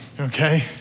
okay